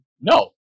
No